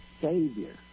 Savior